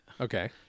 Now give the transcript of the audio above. Okay